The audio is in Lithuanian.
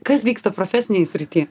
kas vyksta profesinėj srity